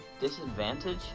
Disadvantage